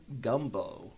Gumbo